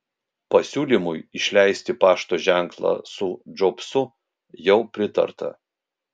pasiūlymui išleisti pašto ženklą su džobsu jau pritarta